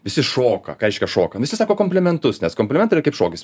visi šoka ką reiškia šoka visi sako komplimentus nes komplimentai yra kaip šokis